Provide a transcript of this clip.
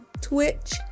Twitch